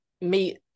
meet